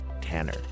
Tanner